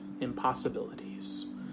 impossibilities